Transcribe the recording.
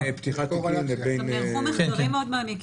--- פתיחת תיקים לבין --- נערכו מחקרים מאוד מעמיקים.